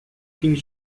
king